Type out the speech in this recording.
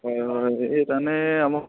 হয় হয় এইকাৰণে আমাক